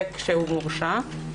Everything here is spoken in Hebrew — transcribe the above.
וכשהוא הורשע,